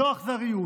זו אכזריות.